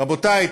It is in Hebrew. רבותי,